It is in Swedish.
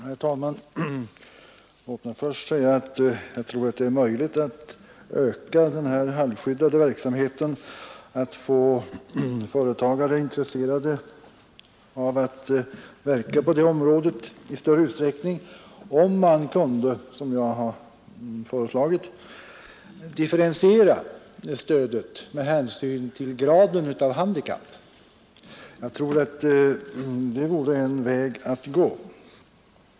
Herr talman! Låt mig först säga att jag tror det är möjligt att öka den halvskyddade verksamheten, att få företagare intresserade av att verka på det området i större utsträckning, om man kan, som jag har föreslagit, differentiera stödet med hänsyn till graden av handikapp. Jag tror att det vore en väg att gå.